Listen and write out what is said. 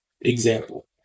example